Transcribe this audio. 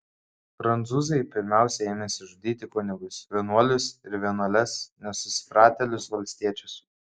prancūzai pirmiausia ėmėsi žudyti kunigus vienuolius ir vienuoles nesusipratėlius valstiečius